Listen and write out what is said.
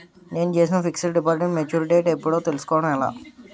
నేను చేసిన fixed deposit mature date ఎప్పుడో తెల్సుకోవడం ఎలా?